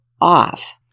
off